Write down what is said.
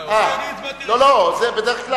אני הצבעתי ראשון.